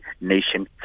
nation